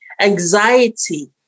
anxiety